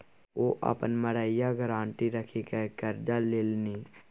ओ अपन मड़ैया गारंटी राखिकए करजा लेलनि